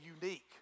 unique